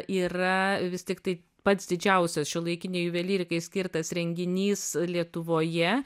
yra vis tiktai pats didžiausias šiuolaikinei juvelyrikai skirtas renginys lietuvoje